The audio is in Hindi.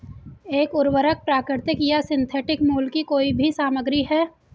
एक उर्वरक प्राकृतिक या सिंथेटिक मूल की कोई भी सामग्री है